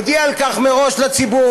יודיע על כך מראש לציבור.